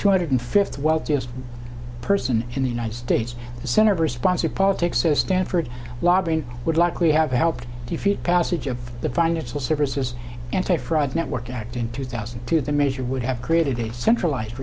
two hundred fifty wealthiest person in the united states the center for responsive politics to stanford lobbying would likely have helped defeat passage of the financial services anti fraud network act in two thousand and two the measure would have created a centralized